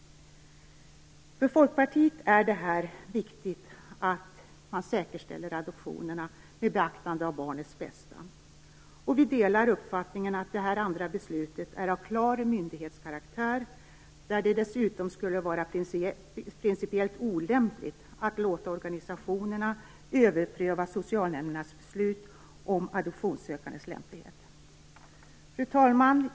För Folkpartiet är det viktigt att man säkerställer adoptionerna med beaktande av barnets bästa. Vi delar uppfattningen att det andra beslutet är av klar myndighetskaraktär. Det skulle dessutom vara principiellt olämpligt att låta organisationerna överpröva socialnämndernas beslut om adoptionssökandes lämplighet. Fru talman!